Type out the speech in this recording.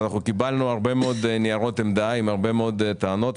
אנחנו קיבלנו הרבה מאוד ניירות עמדה עם הרבה מאוד טענות,